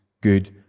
good